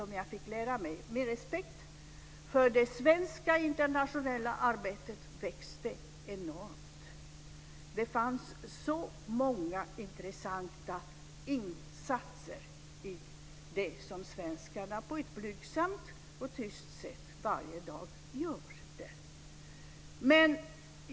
Min respekt för det svenska internationella arbetet växte enormt. Det fanns så många intressanta insatser i det som svenskarna på ett blygsamt och tyst sätt gör där varje dag.